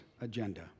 agenda